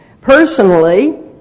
Personally